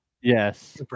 Yes